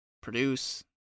produce